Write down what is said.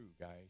guys